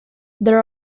there